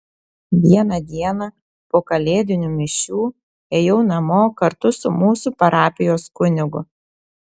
vieną dieną po kalėdinių mišių ėjau namo kartu su mūsų parapijos kunigu